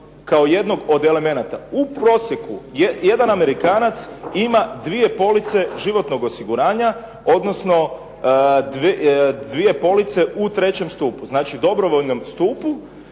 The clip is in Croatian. kao jednog od elemenata. U prosjeku jedan Amerikanac ima dvije police životnog osiguranja, odnosno dvije police u trećem stupu, znači dobrovoljnom stupu